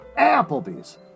Applebee's